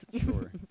Sure